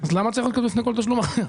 אז למה צריך לכתוב לפני כל תשלום אחר?